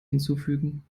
hinzufügen